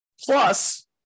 Plus